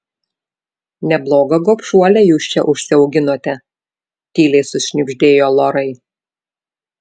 neblogą gobšuolę jūs čia užsiauginote tyliai sušnibždėjo lorai